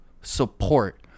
support